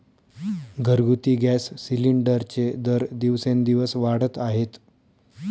घरगुती गॅस सिलिंडरचे दर दिवसेंदिवस वाढत आहेत